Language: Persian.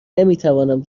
نمیتوانم